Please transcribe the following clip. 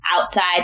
outside